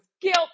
guilt